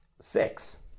six